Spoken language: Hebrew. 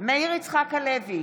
מאיר יצחק הלוי,